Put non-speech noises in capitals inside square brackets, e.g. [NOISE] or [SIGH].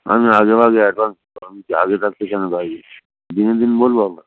আমি আগে ভাগে অ্যাডভান্স আমি আগে থাকতে কেন [UNINTELLIGIBLE] দিনের দিন বলব আপনাকে